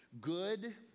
good